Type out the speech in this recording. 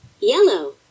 yellow